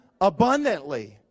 abundantly